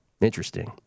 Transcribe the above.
Interesting